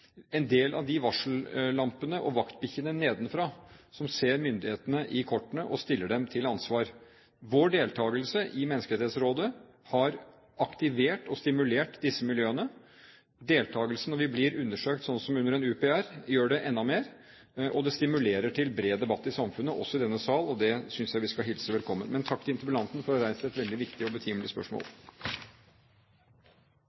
en del av varsellampene og vaktbikkjene som nedenfra ser myndighetene i kortene og stiller dem til ansvar. Vår deltakelse i Menneskerettighetsrådet har aktivert og stimulert disse miljøene. Deltakelsen når vi blir undersøkt, slik som under en UPR, gjør det enda mer, og det stimulerer til bred debatt i samfunnet, også i denne sal, og det synes jeg vi skal hilse velkommen. Men takk til interpellanten for å ha reist et veldig viktig og betimelig spørsmål.